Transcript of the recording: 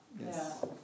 Yes